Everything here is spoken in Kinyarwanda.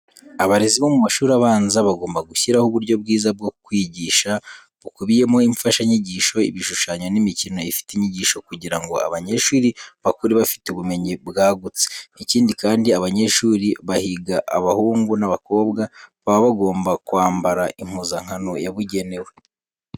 Abarezi bo mu mashuri abanza bagomba gushyiraho uburyo bwiza bwo kwigisha, bukubiyemo imfashanyigisho, ibishushanyo n'imikino ifite inyigisho kugira ngo abanyeshuri bakure bafite ubumenyi bwagutse. Ikindi kandi abanyeshuri bahiga abahungu n'abakobwa, baba bagomba kwambara impuzankano yabugenewe.